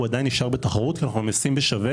נשאר בתחרות עדיין כי אנחנו ממסים בשווה